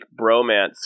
bromance